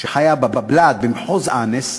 שגרה בבלאד, במחוז אנס,